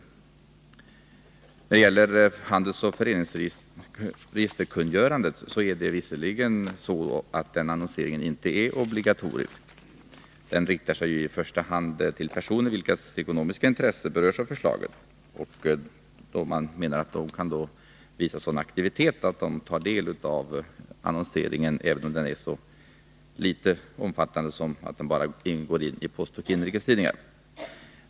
Annonseringen när det gäller handelsoch föreningsregisterkungörandet är inte obligatorisk. Den riktar sig i första hand till personer vilkas ekonomiska intresse berörs av förslagen, och man menar att de kan visa sådan aktivitet att de tar del av annonseringen även om den bara ingår i Postoch Inrikes Tidningar.